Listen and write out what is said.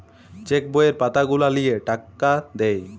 check বইয়ের পাতা গুলা লিয়ে টাকা দেয়